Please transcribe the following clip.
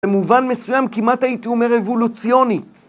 במובן מסוים כמעט הייתי אומר אבולוציוני.